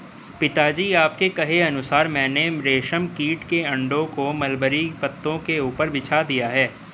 पिताजी आपके कहे अनुसार मैंने रेशम कीट के अंडों को मलबरी पत्तों के ऊपर बिछा दिया है